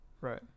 Right